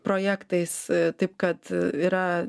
projektais taip kad yra